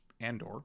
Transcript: andor